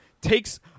takes